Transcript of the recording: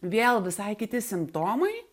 vėl visai kiti simptomai